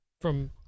from-